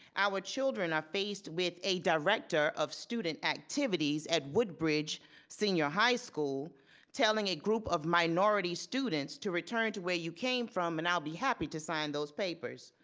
our children are faced with a director of student activities at woodbridge senior high school telling a group of minority students to return to where you came from, and i'll be happy to sign those papers.